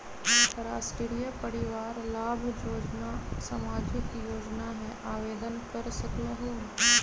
राष्ट्रीय परिवार लाभ योजना सामाजिक योजना है आवेदन कर सकलहु?